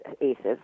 Aces